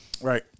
Right